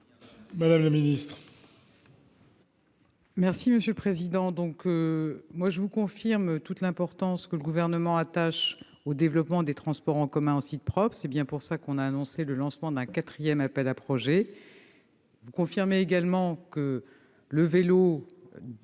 Madame la ministre,